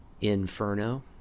Inferno